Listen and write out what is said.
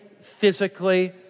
physically